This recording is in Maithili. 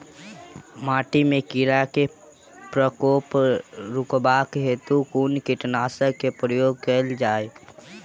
माटि मे कीड़ा केँ प्रकोप रुकबाक हेतु कुन कीटनासक केँ प्रयोग कैल जाय?